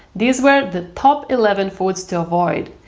these were the top eleven foods to avoid.